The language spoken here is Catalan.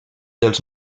dels